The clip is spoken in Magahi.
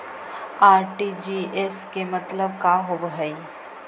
आर.टी.जी.एस के मतलब का होव हई?